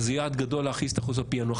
וזה יעד גדול להכריז על חוסר הפיענוח,